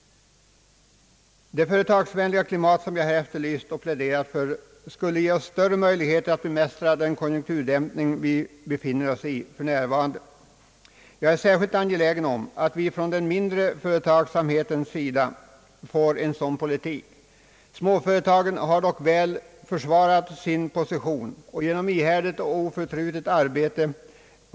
Det företagsvänliga klimat, som jag här har efterfrågat och pläderat för, skall ge oss större möjligheter att bemästra den konjunkturdämpning som vi befinner oss i för närvarande. Särskilt angelägna är vi från den mindre företagsamheten om en sådan politik. Småföretagen har dock väl försvarat sin position genom ihärdigt och oförtrutet arbete.